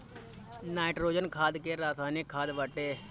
nitrogen खाद रासायनिक खाद बाटे